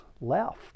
left